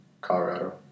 Colorado